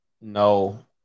No